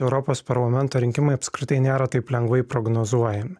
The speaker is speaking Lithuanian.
europos parlamento rinkimai apskritai nėra taip lengvai prognozuojami